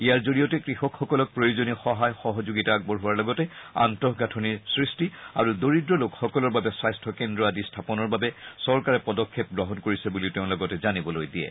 ইয়াৰ জৰিয়তে কৃষকসকলক প্ৰয়োজনীয় সহায় সহযোগিতা আগবঢ়োৱা লগতে আন্তঃগাথনিৰ সৃষ্টি আৰু দৰিদ্ৰ লোকসকলৰ বাবে স্বাস্থ্য কেন্দ্ৰ আদি স্থাপনৰ বাবে চৰকাৰে পদক্ষেপ গ্ৰহণ কৰিছে বুলি তেওঁ লগতে জানিবলৈ দিয়ে